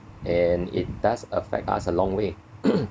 and it does affect us a long way